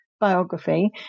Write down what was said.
biography